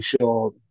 sure